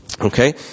Okay